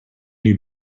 you